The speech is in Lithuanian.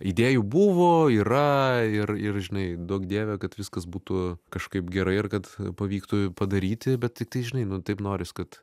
idėjų buvo yra ir ir žinai duok dieve kad viskas būtų kažkaip gerai ir kad pavyktų padaryti bet tai tai žinai nu taip noris kad